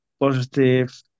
positive